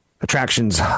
Attractions